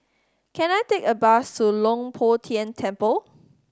can I take a bus to Leng Poh Tian Temple